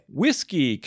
whiskey